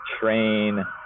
train